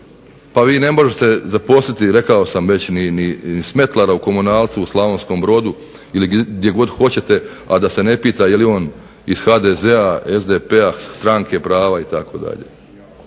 Vi ne možete zaposliti ni smetlara u komunalcu u Slavonskom brodu ili gdje god hoćete a da se ne pita je li on iz HDZ-a, SDP-a, Stranke prava itd.